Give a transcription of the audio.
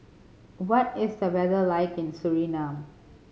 what is the weather like in Suriname